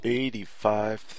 eighty-five